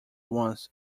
once